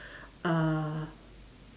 uh